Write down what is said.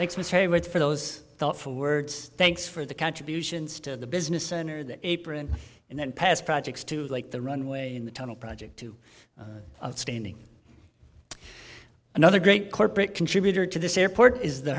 hayward for those thoughtful words thanks for the contributions to the business center the apron and then pass projects to like the runway in the tunnel project to standing another great corporate contributor to this airport is the